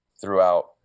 throughout